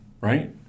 Right